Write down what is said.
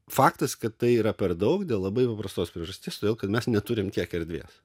faktas kad tai yra per daug dėl labai paprastos priežasties todėl kad mes neturime tiek erdvės